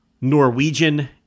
Norwegian